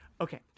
Okay